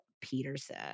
Peterson